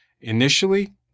Initially